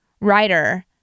writer